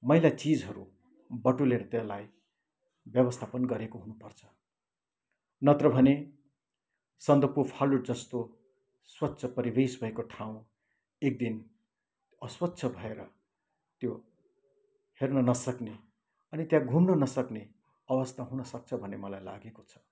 मैला चिजहरू बटुलेर त्यसलाई व्यवस्थापन गरेको हुनुपर्छ नत्र भने सन्दकपू फालुट जस्तो स्वच्छ परिवेश भएको ठाउँ एकदिन अस्वच्छ भएर त्यो हेर्न नसक्ने अनि त्यहाँ घुम्नु नसक्ने अवस्था हुनुसक्छ भन्ने मलाई लागेको छ